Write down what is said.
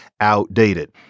outdated